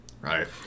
right